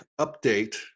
update